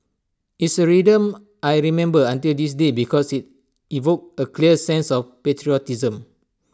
it's A rhythm I remember until this day because IT evoked A clear sense of patriotism